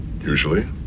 Usually